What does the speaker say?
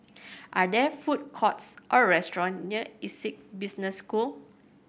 are there food courts or restaurant near Essec Business School